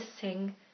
sing